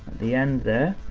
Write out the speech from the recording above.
the end there,